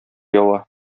ява